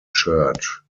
church